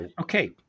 okay